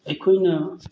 ꯑꯩꯈꯣꯏꯅ